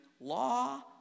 law